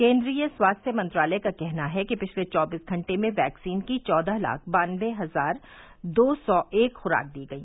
केन्द्रीय स्वास्थ्य मंत्रालय का कहना है कि पिछले चौबीस घंटे में वैक्सीन की चौदह लाख बानबे हजार दो सौ एक खुराक दी गई